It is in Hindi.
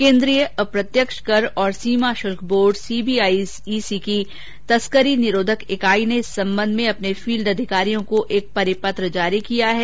केन्द्रीय अप्रत्यक्ष कर और सीमा शुल्क बोर्ड सीबीआईसी की तस्करी निरोधक इकाई ने इस संबंधमें अपने फील्ड अधिकारियों को एक परिपत्र जारी किया है